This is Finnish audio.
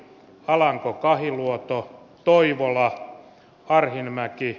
alanko kahiluoto toivola arhinmäki